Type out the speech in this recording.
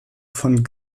von